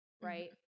right